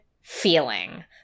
feeling